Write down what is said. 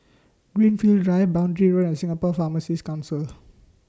Greenfield Drive Boundary Road and Singapore Pharmacies Council